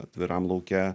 atviram lauke